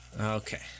Okay